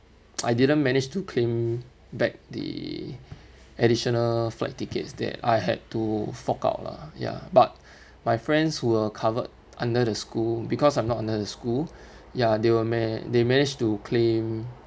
I didn't manage to claim back the additional flight tickets that I had to fork out lah ya but my friends who were covered under the school because I'm not under the school ya they were ma~ they managed to claim